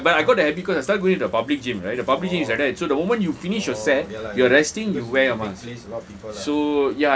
no because I kena but I got the habit cause I started going to the public gym right the public gym is like that so the moment you finish your set you're resting you wear your mask